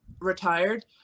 retired